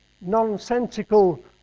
nonsensical